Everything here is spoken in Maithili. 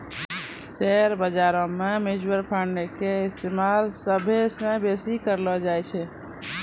शेयर बजारो मे म्यूचुअल फंडो के इस्तेमाल सभ्भे से बेसी करलो जाय छै